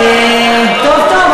טוב, טוב.